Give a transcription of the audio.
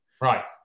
Right